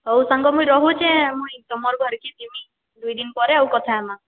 ହଉ ସାଙ୍ଗ ମୁଇଁ ରହୁଛେଁ ମୁଇଁ ତମର୍ ଘର୍କେ ଯିମି ଦୁଇ ଦିନ୍ ପରେ ଆଉ କଥାହେମା